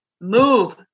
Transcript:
Move